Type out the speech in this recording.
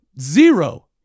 Zero